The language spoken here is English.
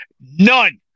None